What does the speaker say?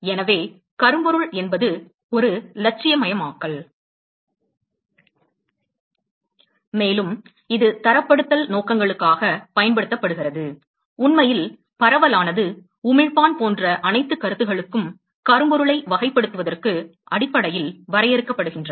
எனவே கரும்பொருள் என்பது ஒரு இலட்சியமயமாக்கல் ஆகும் மேலும் இது தரப்படுத்தல் நோக்கங்களுக்காகப் பயன்படுத்தப்படுகிறது உண்மையில் பரவலானது உமிழ்ப்பான் போன்ற அனைத்து கருத்துக்களும் கரும்பொருளை வகைப்படுத்துவதற்கு அடிப்படையில் வரையறுக்கப்படுகின்றன